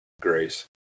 grace